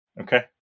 Okay